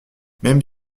même